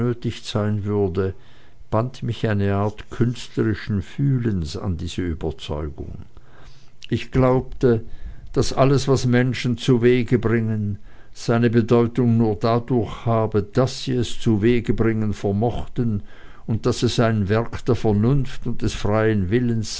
sein würde band mich eine art künstlerischen fühlens an diese überzeugung ich glaubte daß alles was menschen zuwege bringen seine bedeutung nur dadurch habe daß sie es zuwege zu bringen vermochten und daß es ein werk der vernunft und des freien willens